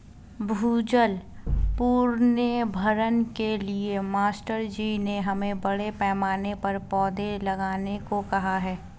भूजल पुनर्भरण के लिए मास्टर जी ने हमें बड़े पैमाने पर पौधे लगाने को कहा है